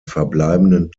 verbleibenden